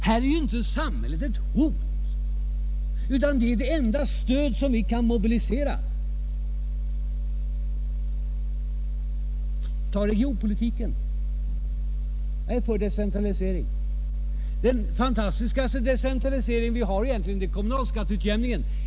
Här är inte samhället ett hot, utan det enda stöd som vi kan mobilisera. Låt mig ta regionpolitiken. Jag är anhängare av decentralisering. Den mest fantastiska åtgärden i sådan riktning är kommunalskatteutjämningen.